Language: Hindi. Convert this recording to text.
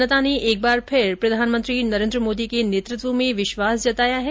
जनता ने एक बार फिर प्रधानमंत्री नरेन्द्र मोदी के नेतृत्व में विश्वास जताया है